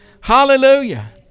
Hallelujah